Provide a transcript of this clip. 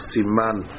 Siman